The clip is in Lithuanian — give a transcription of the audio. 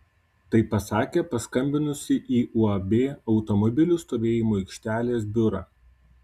tai pasakė paskambinusi į uab automobilių stovėjimo aikštelės biurą